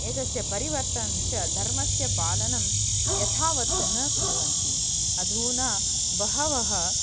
एतस्य परिवर्तनं च धर्मस्य पालनं यथावत् न कुर्वन्ति अधुना बहवः